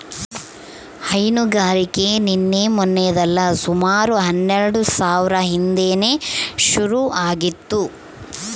ಹೈನುಗಾರಿಕೆ ನಿನ್ನೆ ಮನ್ನೆದಲ್ಲ ಸುಮಾರು ಹನ್ನೆಲ್ಡು ಸಾವ್ರ ಹಿಂದೇನೆ ಶುರು ಆಗಿತ್ತು